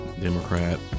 Democrat